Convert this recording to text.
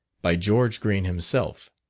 by george green himself.